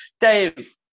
Dave